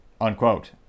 Unquote